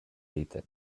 egiten